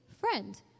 friend